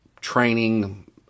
training